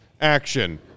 action